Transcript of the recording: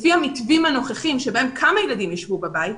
לפי המתווים הנוכחים שבהם כמה ילדים ישבו בבית,